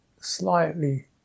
slightly